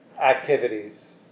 activities